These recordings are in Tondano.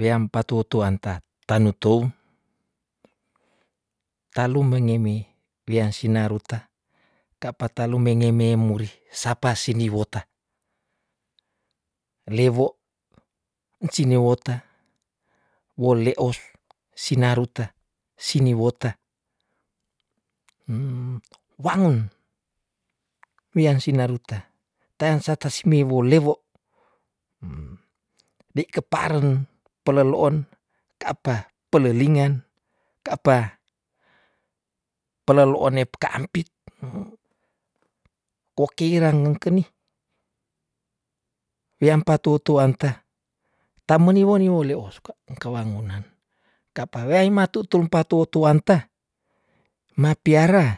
Weam patou tuanta ta nutou, talu mengeme wia sinaruta, kapa talu mengeme muri sapa sili wota, lewo sini wota wole os sinaruta siniwota, wangon weam sinaruta tayan sata simiwo lewo, di kepa aren pelelo on ka pa pelelingan ka pa pelelo on ne peka ampit, ko kerang ngengkeni, weam patou tuanta, tameni weni woli oskwa engke wangunan ka pa weia ima tutulum patou tuanta ma piara ah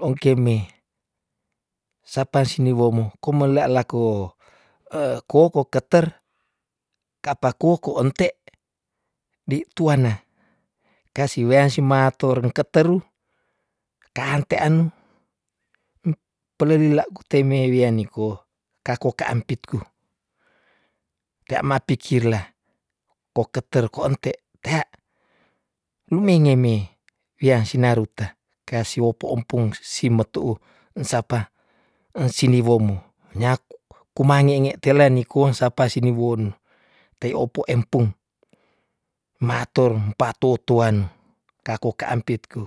lo ong ke me, sapa sini womu ku mela la ko eh koketer ka pa ko, kuo ente, di tuana kase wea sima atur rengketerru ka ante anu, pelelila kuteme wia niko kako ka ampit ku tea ma pikirlah ko keter kwa ente tea lumengeme, weam sina ruta kasi wo opo ompong si metu u ensapa, ensini womu nyaku- kumangenge tela nikong sapa sini won tai opo empung ma atur empatou tuanu kako ka ampit ku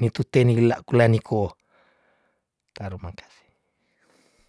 nitu te nila kula niko, tarimakase.